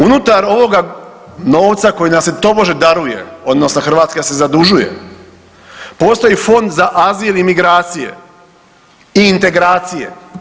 Unutar ovoga novca koji nam se tobožno daruje, odnosno Hrvatska se zadužuje postoji Fond za azil i imigracije i integracije.